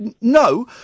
No